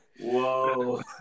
Whoa